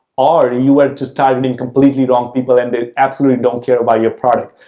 or you were just targeting completely wrong people and they absolutely don't care about your product.